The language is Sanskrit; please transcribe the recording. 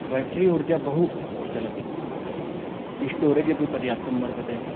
बेटरी ऊर्जा बहु प्रचलति स्टोरेज् अपि पर्याप्तं वर्तते